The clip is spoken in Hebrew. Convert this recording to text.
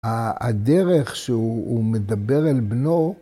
‫הדרך שהוא מדבר אל בנו...